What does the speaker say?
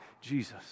Jesus